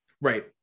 right